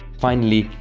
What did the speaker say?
finally,